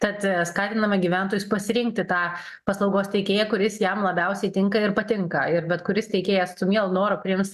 tad skatiname gyventojus pasirinkti tą paslaugos teikėją kuris jam labiausiai tinka ir patinka ir bet kuris teikėjas su mielu noru priims